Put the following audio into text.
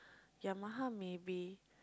Yamaha maybe